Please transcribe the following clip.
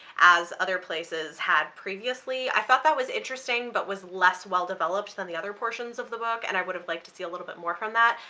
as other places had previously, i thought that was interesting but was less well developed than the other portions of the book and i would have liked to see a little bit more from that.